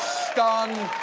stunning!